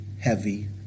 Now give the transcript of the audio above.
heavy